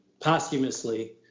posthumously